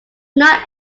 not